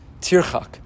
Tirchak